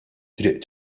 triq